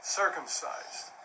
circumcised